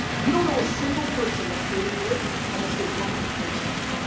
you don't know a single person that's made it big unless they worked their face off.